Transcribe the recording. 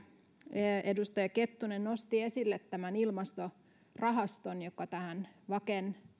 edustaja kettunen nosti esille tämän ilmastorahaston joka tähän vaken